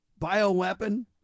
bioweapon